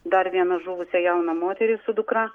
dar vieną žuvusią jauną moterį su dukra